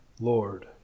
Lord